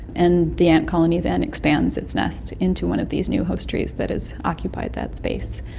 and the ant colony then expands its nest into one of these new host trees that has occupied that space.